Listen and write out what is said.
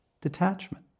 detachment